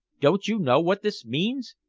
don't you know what this means?